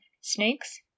Snakes